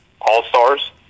all-stars